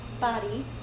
body